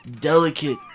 delicate